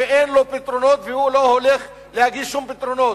שאין לו פתרונות והוא לא הולך להגיש שום פתרונות.